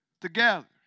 together